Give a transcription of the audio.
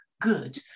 good